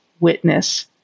witness